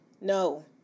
No